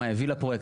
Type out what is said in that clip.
מה הביא לפרויקט,